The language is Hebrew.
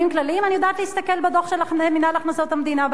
אני יודעת להסתכל בדוח של מינהל הכנסות המדינה בעצמי.